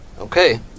Okay